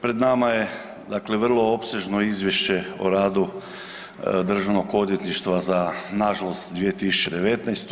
Pred nama je dakle vrlo opsežno Izvješće o radu Državnog odvjetništva za na žalost 2019.